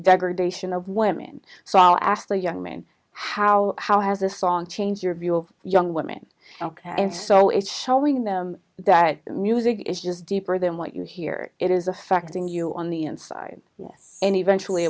degradation of women so i'll ask the young man how how has this song changed your view of young women ok and so it's showing them that music is just deeper than what you hear it is affecting you on the inside yes and eventually